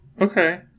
okay